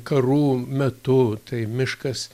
karų metu tai miškas